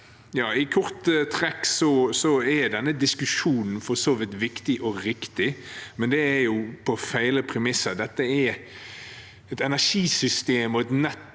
I korte trekk er denne diskusjonen for så vidt viktig og riktig, men den foregår på feil premisser. Dette er et energisystem og et nett,